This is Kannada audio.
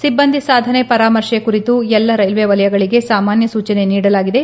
ಸಿಬ್ಬಂದಿ ಸಾಧನೆ ಪರಾಮರ್ಶೆ ಕುರಿತು ಎಲ್ಲ ರೈಲ್ವೆ ವಲಯಗಳಗೆ ಸಾಮಾನ್ಯ ಸೂಚನೆ ನೀಡಲಾಗಿದೆ